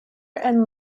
and